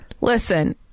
Listen